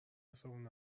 صبحونه